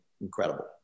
incredible